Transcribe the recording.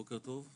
בוקר טוב לכולם,